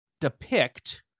depict